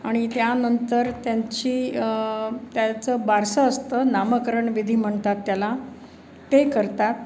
आणि त्यानंतर त्यांची त्याचं बारसं असतं नामकरण विधी म्हणतात त्याला ते करतात